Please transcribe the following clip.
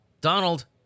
Donald